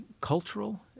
cultural